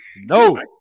no